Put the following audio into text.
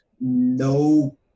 no